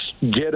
get